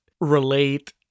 relate